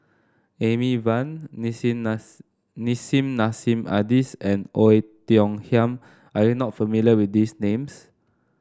Amy Van Nissim Nissim Nassim Adis and Oei Tiong Ham are you not familiar with these names